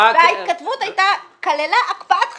וההתכתבות כללה הקפאת חשבון,